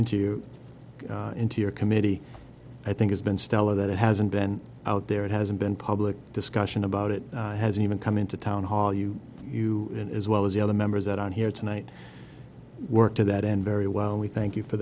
into into your committee i think it's been stellar that it hasn't been out there it hasn't been public discussion about it hasn't even come into town hall you you as well as the other members that on here tonight work to that end very well we thank you for